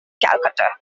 calcutta